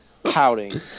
pouting